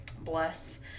Bless